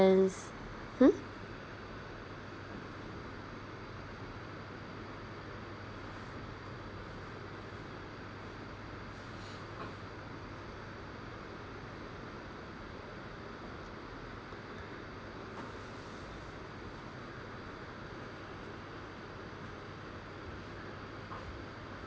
hmm